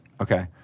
Okay